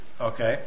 Okay